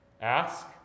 ask